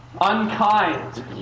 unkind